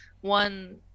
one